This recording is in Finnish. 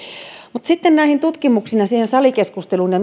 mutta sitten näihin tutkimuksiin ja siihen salikeskusteluun ja